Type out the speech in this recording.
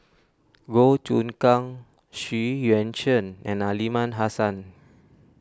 Goh Choon Kang Xu Yuan Zhen and Aliman Hassan